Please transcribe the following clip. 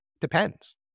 depends